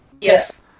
Yes